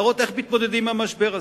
להראות איך מתמודדים עם המשבר הזה.